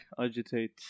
agitate